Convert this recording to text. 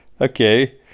okay